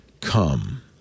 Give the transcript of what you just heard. come